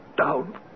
down